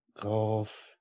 Golf